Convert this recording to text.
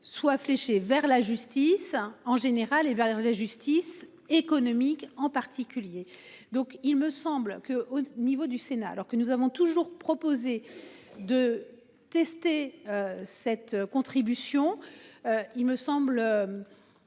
soit fléchée vers la justice en général et vers la justice économique en particulier. Donc il me semble que au niveau du sénat alors que nous avons toujours proposé de tester cette contribution. Il me semble.